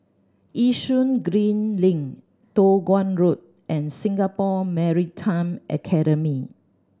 Yishun Green Link Toh Guan Road and Singapore Maritime Academy